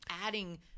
adding